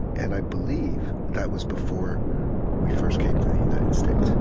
and i believe, that was before we first came to the united states.